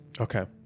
okay